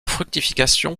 fructification